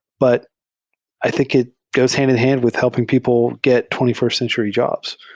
but i think it goes hand-in-hand with helping people get twenty first century jobs.